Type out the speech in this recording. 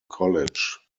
college